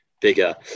bigger